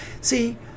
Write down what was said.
See